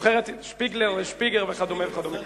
בנבחרת, שפיגלר, שפיגלר, שפיגל, וכדומה וכדומה.